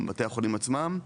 גם בתי החולים עצמם.